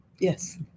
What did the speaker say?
yes